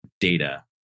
data